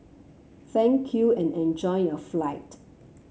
thank you and enjoy your flight